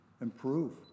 improve